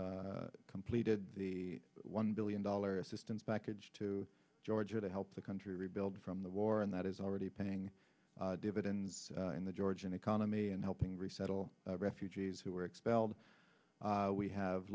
completed the one billion dollar assistance package to georgia to help the country rebuild from the war and that is already paying dividends in the georgian economy and helping resettle refugees who were expelled we have